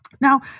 Now